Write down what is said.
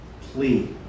plea